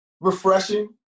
Refreshing